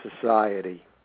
society